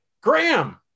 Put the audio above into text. Graham